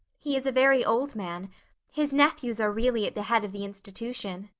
he is a very old man his nephews are really at the head of the institution.